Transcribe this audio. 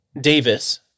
Davis—